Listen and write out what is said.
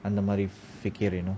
அந்த மாறி:antha maari figure you know